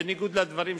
בניגוד לדברים שאמרת.